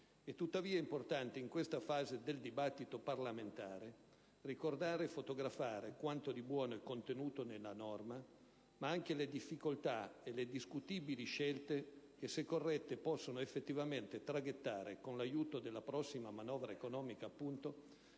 È tuttavia importante in questa fase del dibattito parlamentare ricordare e fotografare quanto di buono è contenuto nella norma, ma anche le difficoltà e le discutibili scelte che, se corrette, possono effettivamente traghettare, con l'aiuto della prossima manovra economica,